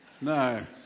No